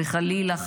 וחלילה,